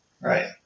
right